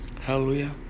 Hallelujah